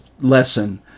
lesson